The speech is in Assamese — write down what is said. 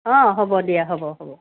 অ হ'ব দিয়া হ'ব হ'ব